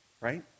right